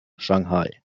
shanghai